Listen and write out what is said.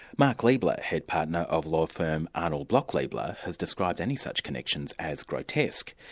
mark liebler, head partner of law firm arnold block liebler, has described any such connections as grotesque.